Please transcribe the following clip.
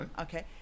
Okay